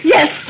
Yes